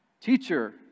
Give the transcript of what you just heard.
Teacher